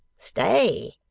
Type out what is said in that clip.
stay.